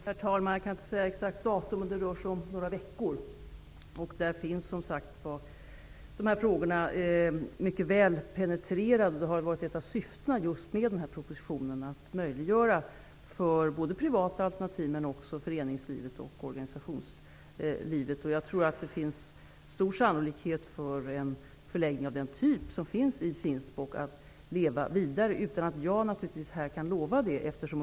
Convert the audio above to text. Herr talman! Jag kan inte säga exakt vilket datum propositionen kommer, men det rör sig om några veckor. I propositionen finns som sagt var dessa frågor mycket väl penetrerade. Det har ju varit ett av syftena med propositionen att möjliggöra både för privata alternativ och för föreningslivet och organisationerna att bedriva flyktingmottagningsverksamhet. Jag kan säga -- naturligtvis utan att lova något -- att det finns stor sannolikhet för att en förläggning av den typ som finns i Finspång skall kunna leva vidare.